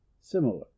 similar